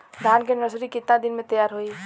धान के नर्सरी कितना दिन में तैयार होई?